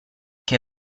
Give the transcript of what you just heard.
che